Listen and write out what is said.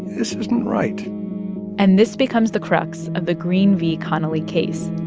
this isn't right and this becomes the crux of the green v. connally case.